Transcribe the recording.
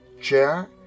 chair